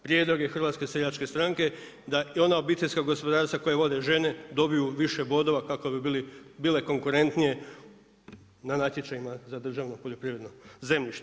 Prijedlog je HSS da i ona obiteljska gospodarstva koja vode žene dobiju više bodova kako bi bile konkurentnije na natječajima za državno poljoprivredno zemljište.